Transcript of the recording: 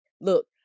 look